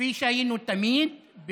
כפי שהיינו תמיד,